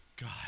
God